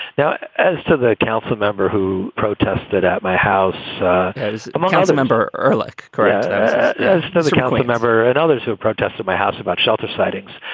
now, as to the council member who protested at my house as um um a member, erlich grass as a county member, and others who protested my house about shelter citings,